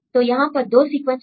तो यहां पर दो सीक्वेंस हैं